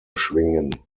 schwingen